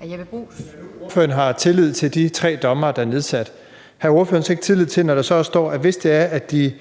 Når ordføreren har tillid til de tre dommere i den nedsatte kommission, har ordføreren så ikke tillid til, at de gør det rigtige, når der står, at hvis de